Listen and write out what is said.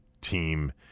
team